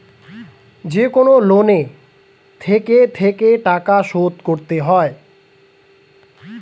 যেকনো লোনে থেকে থেকে টাকা শোধ করতে হয়